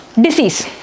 disease